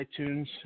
iTunes